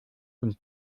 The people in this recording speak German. und